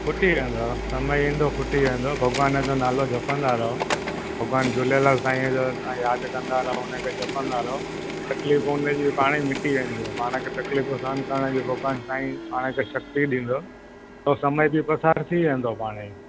खुटी वेंदव समय ईंदो खुटी वेंदव भॻवान जो नालो जपंदा रहो भॻवान झूलेलाल साईंअ जो यादि कंदा रहो हुन खे जपंदा रहो तकलीफ़ूं हुन जूं पाणे मिटी वेंदियूं पाण खे तकलीफ़ूं सहिन करण जो भॻवान साईं पाण खे शक्ती ॾींदो पोइ समय पसार थी वेंदो पाणे